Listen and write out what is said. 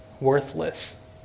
worthless